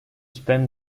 spend